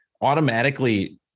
Automatically